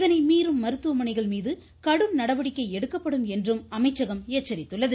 இதனை மீறும் மருத்துவமனைகள் மீது கடும் நடவடிக்கை எடுக்கப்படும் என்றும் அமைச்சகம் எச்சரித்துள்ளது